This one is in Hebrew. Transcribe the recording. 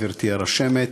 גברתי הרשמת,